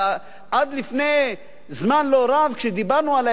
עד לפני זמן לא רב, כשדיברנו על האפשרות,